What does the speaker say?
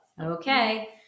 okay